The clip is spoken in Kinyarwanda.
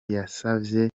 yasavye